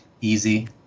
easy